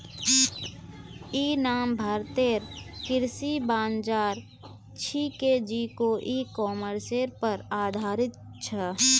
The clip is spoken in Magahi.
इ नाम भारतेर कृषि बाज़ार छिके जेको इ कॉमर्सेर पर आधारित छ